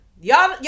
Y'all